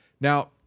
Now